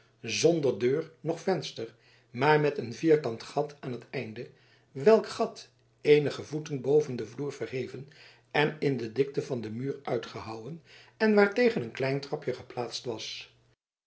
zonder deur noch venster maar met een vierkant gat aan het einde welk gat eenige voeten boven den vloer verheven en in de dikte van den muur uitgehouwen en waartegen een klein trapje geplaatst was